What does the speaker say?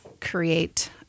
create